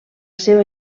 seva